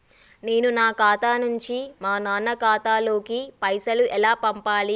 నేను నా ఖాతా నుంచి మా నాన్న ఖాతా లోకి పైసలు ఎలా పంపాలి?